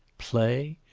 play?